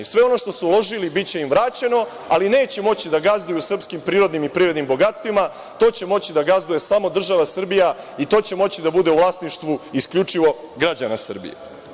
Sve ono što su uložili biće im vraćeno, ali neće moći da gazduju srpskim prirodnim i privrednim bogatstvima, to će moći da gazduje samo država Srbija i to će moći da bude u vlasništvu isključivo građana Srbije.